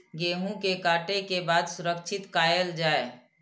गेहूँ के काटे के बाद सुरक्षित कायल जाय?